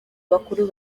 bakuru